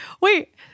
wait